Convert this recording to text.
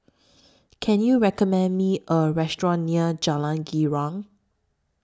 Can YOU recommend Me A Restaurant near Jalan Girang